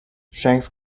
shanks